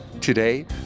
Today